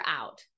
out